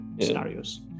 scenarios